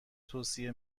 توصیه